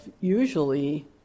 usually